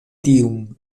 tiun